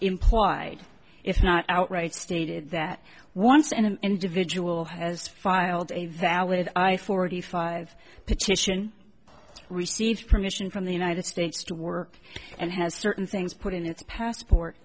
implied if not outright stated that once in an individual has filed a valid i forty five petition received permission from the united states to work and has certain things put in its passport